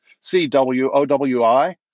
C-W-O-W-I